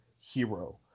hero